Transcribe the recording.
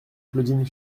claudine